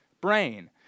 brain